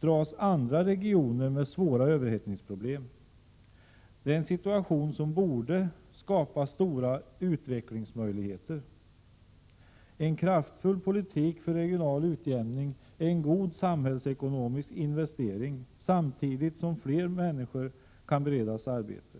dras andra regioner med svåra överhettningsproblem. Det är en situation som borde skapa stora utvecklingsmöjligheter. En kraftfull politik för regional utjämning är en god samhällsekonomisk investering, samtidigt som fler människor kan beredas arbete.